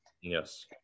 Yes